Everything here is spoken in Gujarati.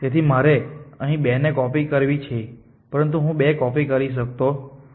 તેથી મારે અહીં 2 ની કોપી કરવી છે પરંતુ હું 2 ની કોપી કરી શકતો નથી